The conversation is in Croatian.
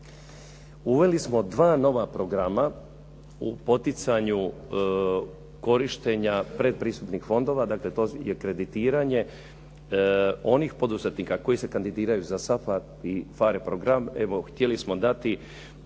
Uveli smo dva nova programa u poticanju korištenja pretpristupnih fondova, dakle to je kreditiranje onih poduzetnika koji se kandidiraju za SAPARD I PHARE program, evo htjeli smo dati